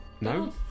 No